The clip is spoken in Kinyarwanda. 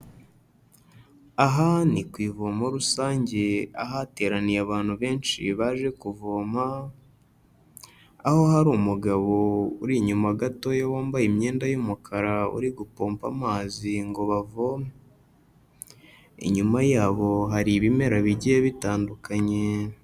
Aha ni ku ivomo rusange ahateraniye abantu benshi baje kuvoma, aho hari umugabo uri inyuma gatoya wambaye imyenda y'umukara uri gupomba amazi ngo bavome, inyuma yabo hari ibimera bigiye bitandukanye.